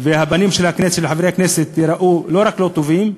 והפנים של חברי הכנסת ייראו לא רק לא טובים,